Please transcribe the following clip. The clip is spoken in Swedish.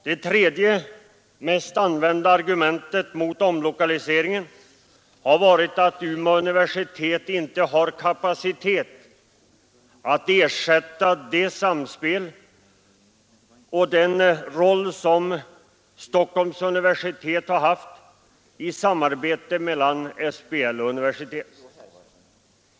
Det tredje och mest använda argumentet mot omlokaliseringen har varit att Umeå universitet inte har kapacitet att spela den roll som Stockholms universitet innehaft i samarbetet med SBL.